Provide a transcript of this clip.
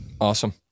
Awesome